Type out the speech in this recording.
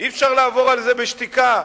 אי-אפשר לעבור על זה בשתיקה.